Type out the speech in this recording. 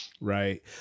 Right